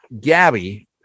Gabby